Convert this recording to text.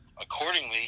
accordingly